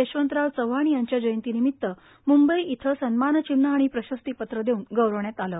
यशवंतराव चव्हाण यांच्या जयंतीनिमित्त मुंबई इथे सन्मानचिन्ह व प्रशस्तीपत्र देऊन गौरविण्यात आले